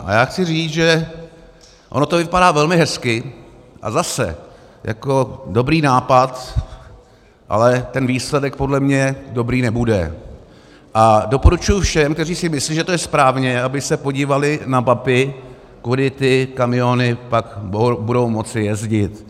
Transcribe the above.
A já chci říct, že ono to vypadá velmi hezky, a zase, jako dobrý nápad, ale ten výsledek podle mě dobrý nebude a doporučuji všem, kteří si myslí, že to je správně, aby se podívali na mapy, kudy ty kamiony pak budou moci jezdit.